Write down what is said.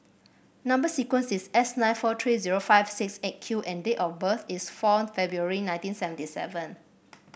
number sequence is S nine four three zero five six Eight Q and date of birth is four February nineteen seventy seven